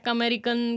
American